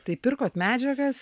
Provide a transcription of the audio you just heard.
tai pirkot medžiagas